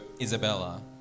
Isabella